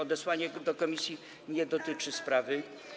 Odesłanie do komisji - nie dotyczy sprawy.